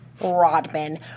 Rodman